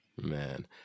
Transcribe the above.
Man